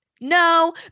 No